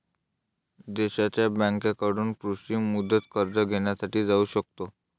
देशांच्या बँकांकडून कृषी मुदत कर्ज घेण्यासाठी जाऊ शकतो